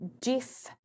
Jeff